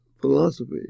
philosophy